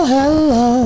Hello